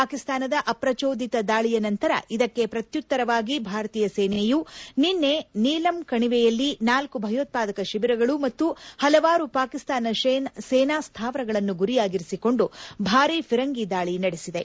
ಪಾಕಿಸ್ತಾನದ ಅಪ್ರಚೋದಿತ ದಾಳಿಯ ನಂತರ ಇದಕ್ಕೆ ಪ್ರತ್ಯುತ್ತರವಾಗಿ ಭಾರತೀಯ ಸೇನೆಯು ನಿನ್ನೆ ನೀಲಂ ಕಣಿವೆಯಲ್ಲಿ ನಾಲ್ಕು ಭಯೋತ್ವಾದಕ ಶಿಬಿರಗಳು ಮತ್ತು ಹಲವಾರು ಪಾಕಿಸ್ತಾನ ಸೇನಾ ಸ್ಥಾನಗಳನ್ನು ಗುರಿಯಾಗಿಸಿಕೊಂಡು ಭಾರಿ ಫಿರಂಗಿ ದಾಳಿ ನಡೆಸಿದೆ